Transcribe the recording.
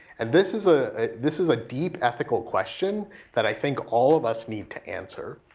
and this is ah this is a deep ethical question that i think all of us need to answer.